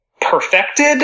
perfected